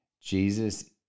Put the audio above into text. Jesus